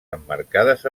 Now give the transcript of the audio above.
emmarcades